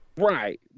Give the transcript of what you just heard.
Right